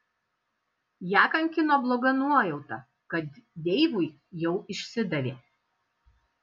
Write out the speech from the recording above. ją kankino bloga nuojauta kad deivui jau išsidavė